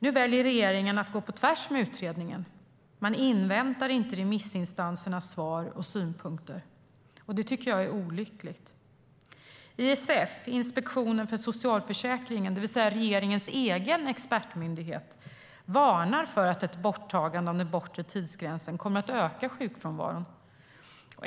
Nu väljer regeringen att gå på tvärs mot utredningen. Man inväntar inte remissinstansernas svar och synpunkter, och det tycker jag är olyckligt. ISF, Inspektionen för socialförsäkringen, det vill säga regeringens egen expertmyndighet, varnar för att ett borttagande av den bortre tidsgränsen kommer att öka sjukfrånvaron.